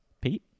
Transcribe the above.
Pete